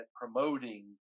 promoting